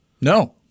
No